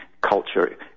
culture